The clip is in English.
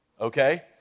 okay